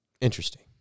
Interesting